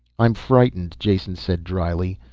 i'm frightened, jason said dryly.